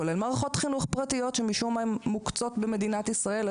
כולל מערכות חינוך פרטיות שמשום מה הן מוקצות במדינת ישראל,